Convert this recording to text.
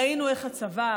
ראינו איך הצבא,